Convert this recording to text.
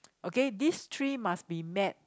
okay these three must be met